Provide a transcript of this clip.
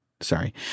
Sorry